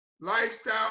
lifestyle